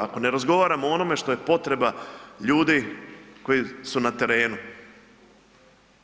Ako ne razgovaramo o onome što je potreba ljudi koji su na terenu